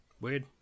Weird